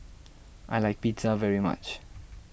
I like Pizza very much